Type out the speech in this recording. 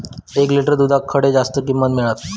एक लिटर दूधाक खडे जास्त किंमत मिळात?